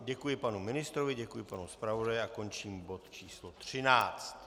Děkuji panu ministrovi, děkuji panu zpravodaji a končím bod č. 13.